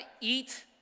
eat